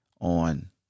on